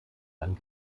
dann